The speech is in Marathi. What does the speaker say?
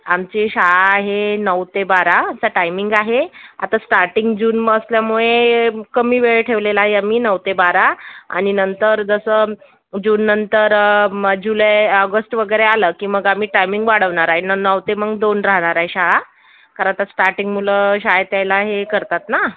आमची शाळा आहे नऊ ते बाराचं टायमिंग आहे आता स्टार्टिंग जून असल्यामुळे कमी वेळ ठेवलेला आहे आम्ही नऊ ते बारा आणि नंतर जसं जून नंतर मग जुलै ऑगस्ट वगैरे आलं की मग आम्ही टायमिंग वाढवणार आहे न नऊ ते मग दोन राहणार आहे शाळा खरं तर स्टार्टिंग मुलं शाळेत यायला हे करतात ना